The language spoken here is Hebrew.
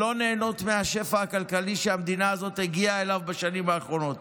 שלא נהנות מהשפע הכלכלי שהמדינה הזאת הגיעה אליו בשנים האחרונות.